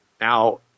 Now